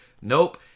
Nope